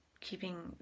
keeping